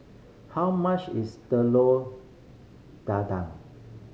how much is Telur Dadah